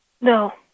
No